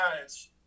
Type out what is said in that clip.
guys